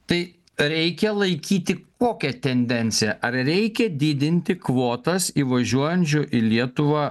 tai reikia laikyti kokią tendenciją ar reikia didinti kvotas įvažiuojančių į lietuvą